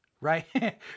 right